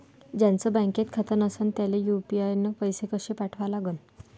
ज्याचं बँकेत खातं नसणं त्याईले यू.पी.आय न पैसे कसे पाठवा लागन?